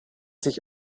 sich